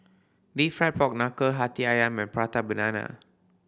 Deep Fried Pork Knuckle Hati Ayam and Prata Banana